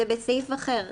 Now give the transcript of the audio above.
זה בסעיף אחר.